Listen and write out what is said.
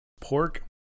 pork